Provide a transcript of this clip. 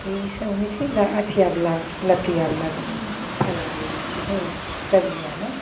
तऽ ईसब होइ छै अथियावला लत्तिआवला फल्लाँवला सबजी आओरमे